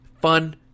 fun